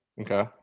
Okay